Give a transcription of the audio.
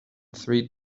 three